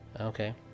Okay